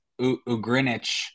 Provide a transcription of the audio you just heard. Ugrinich